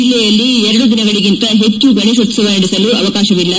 ಜಿಲ್ಲೆಯಲ್ಲಿ ಎರಡು ದಿನಗಳಗಿಂತ ಹೆಚ್ಚು ಗಣೇಶೋತ್ಸವ ನಡೆಸಲು ಅವಕಾಶವಿಲ್ಲ